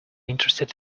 interested